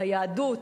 ליהדות.